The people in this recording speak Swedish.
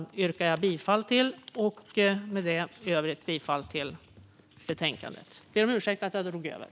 Jag yrkar bifall till reservation 2 och till utskottets förslag i betänkandet.